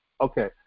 Okay